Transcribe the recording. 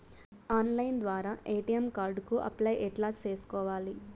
Online ద్వారా ATM card కు apply ఎట్లా సేసుకోవాలి?